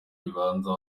ikibanza